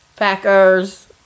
Packers